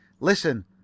Listen